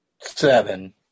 Seven